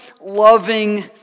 loving